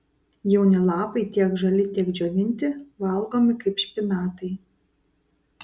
jauni lapai tiek žali tiek džiovinti valgomi kaip špinatai